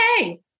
okay